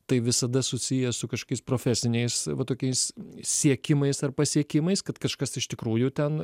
tai visada susiję su kažkokiais profesiniais va tokiais siekimais ar pasiekimais kad kažkas iš tikrųjų ten